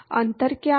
अंतर क्या है